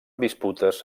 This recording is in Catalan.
disputes